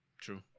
True